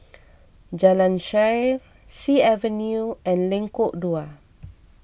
Jalan Shaer Sea Avenue and Lengkok Dua